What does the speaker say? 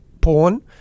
porn